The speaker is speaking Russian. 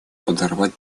подорвать